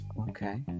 Okay